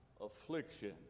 affliction